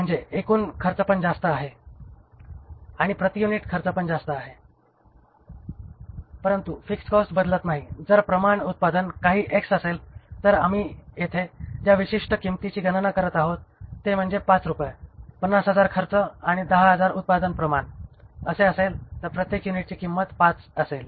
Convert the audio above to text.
म्हणजे एकूण खर्चपण जास्त आहे आणि प्रति युनिट खर्चपण जास्त आहे परंतु फिक्स्ड कॉस्ट बदलत नाही जर प्रमाण उत्पादन काही एक्स असेल तर आम्ही येथे ज्या विशिष्ट किंमतीची गणना करत आहोत ते म्हणजे 5 रुपये 50000 खर्च आणि 10000 उत्पादन प्रमाण असेल तर प्रत्येक युनिटची किंमत 5 असेल